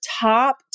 top